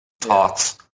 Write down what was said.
thoughts